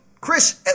Chris